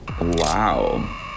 Wow